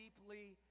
deeply